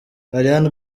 ariana